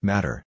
Matter